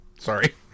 sorry